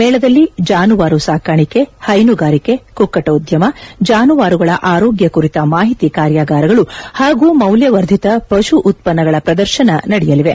ಮೇಳದಲ್ಲಿ ಜಾನುವಾರು ಸಾಕಾಣಿಕೆ ಹೈನುಗಾರಿಕೆ ಕುಕ್ಗಟೋದ್ಯಮ ಜಾನುವಾರುಗಳ ಆರೋಗ್ಯ ಕುರಿತ ಮಾಹಿತಿ ಕಾರ್ಯಾಗಾರಗಳು ಹಾಗೂ ಮೌಲ್ಯವರ್ಧಿತ ಪಶು ಉತ್ವನ್ನಗಳ ಪ್ರದರ್ಶನ ನಡೆಯಲಿವೆ